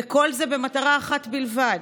וכל זה במטרה אחת בלבד: